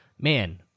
Man